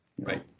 Right